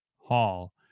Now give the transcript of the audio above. Hall